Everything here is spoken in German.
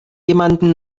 jemanden